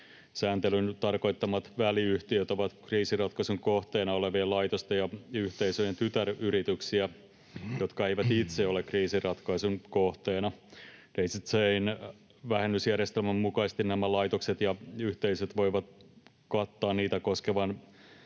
Sääntelyn tarkoittamat väliyhtiöt ovat kriisinratkaisun kohteena olevien laitosten ja yhteisöjen tytäryrityksiä, jotka eivät itse ole kriisinratkaisun kohteena. Daisy Chain ‑vähennysjärjestelmän mukaisesti nämä laitokset ja yhteisöt voivat kattaa niitä koskevan